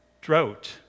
drought